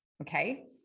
okay